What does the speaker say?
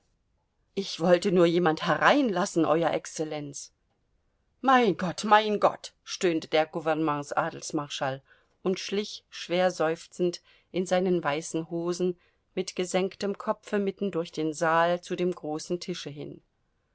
ich wollte nur jemand hereinlassen euer exzellenz mein gott mein gott stöhnte der gouvernements adelsmarschall und schlich schwer seufzend in seinen weißen hosen mit gesenktem kopfe mitten durch den saal zu dem großen tische hin